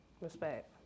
Respect